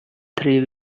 three